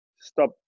stop